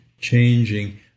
changing